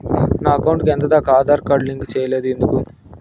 నా అకౌంట్ కు ఎంత దాకా ఆధార్ కార్డు లింకు సేయలేదు ఎందుకు